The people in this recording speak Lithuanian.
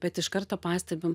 bet iš karto pastebim